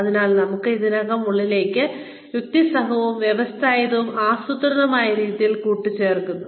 അതിനാൽ നമുക്ക് ഇതിനകം ഉള്ളതിലേക്ക് യുക്തിസഹവും വ്യവസ്ഥാപിതവും ആസൂത്രിതവുമായ രീതിയിൽ കൂട്ടിച്ചേർക്കുന്നു